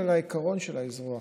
אלא על העיקרון של האזרוח